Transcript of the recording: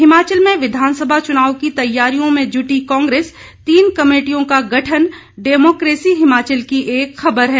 हिमाचल में विधानसभा चुनाव की तैयारियों में जुटी कांग्रेस तीन कमेटियों का गठन डेमोक्रेसी हिमाचल की खबर है